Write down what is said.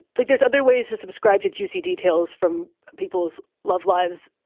like there's other ways to subscribe to juicy details from people's love lives.